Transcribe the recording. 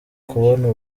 kubona